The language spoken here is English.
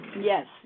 Yes